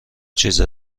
چیز